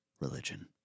religion